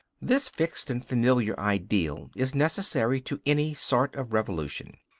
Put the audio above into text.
this fixed and familiar ideal is necessary to any sort of revolution.